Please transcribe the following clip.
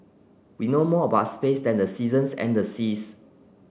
we know more about space than the seasons and the seas